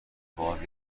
باز